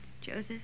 Joseph